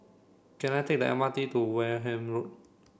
can I take the M R T to Wareham Road